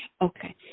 Okay